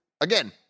Again